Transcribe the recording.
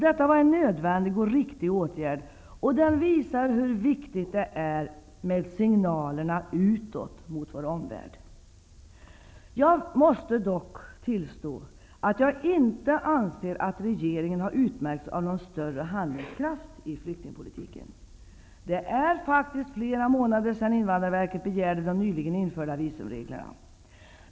Detta var en nödvändig och riktig åtgärd, och den visar hur viktigt det är med signalerna utåt mot vår omvärld. Jag måste dock tillstå att jag inte anser att regeringen har utmärkts av någon större handlingskraft i flyktingpolitiken. Det är faktiskt flera månader sedan invandrarverket begärde de nyligen införda visumreglerna.